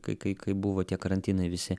kai kai kai buvo tie karantinai visi